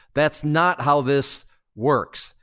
that's not how this works.